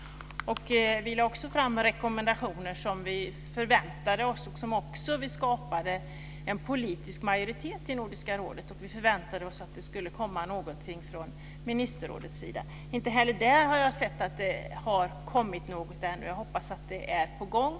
Gruppen lade fram rekommendationer som vi förväntade oss skulle följas och vi skapade också en politisk majoritet i Nordiska rådet för detta. Vi förväntade oss att det skulle komma något från ministerrådets sida. Inte heller där har jag sett att det kommit något ännu, men jag hoppas att det är på gång.